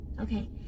Okay